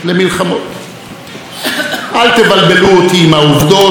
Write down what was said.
אל תבלבל אותי עם העובדות או עם הדעות המורכבות שלך.